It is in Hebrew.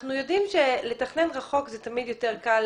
אנחנו יודעים שלתכנן רחוק זה תמיד יותר קל,